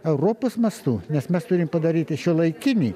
europos mastu nes mes turim padaryti šiuolaikinį